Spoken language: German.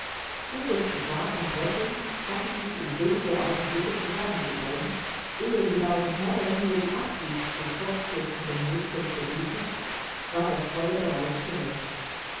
todesgefahr und rettung hatten sich in wenige augenblicke zusammengedrängt ehe die beiden herren nur die absicht des fortstürzenden mädchens begriffen war das feuer bereits gelöscht